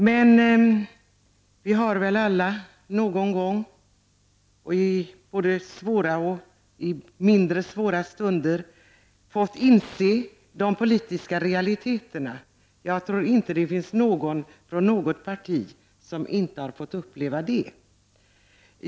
Men vi har väl alla någon gång i både svåra och mindre svåra stunder fått inse de politiska realiteterna. Jag tror inte att det finns någon från något parti som inte har fått uppleva det.